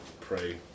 pray